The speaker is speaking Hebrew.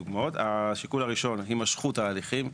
השיקול הראשון הוא הימשכות תהליכים.